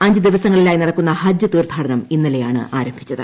അഞ്ച് ദിവസങ്ങളിലായി നടക്കുന്ന ഹജ്ജ് തീർത്ഥാടനം ഇന്നലെയാണ് ആരംഭിച്ചത്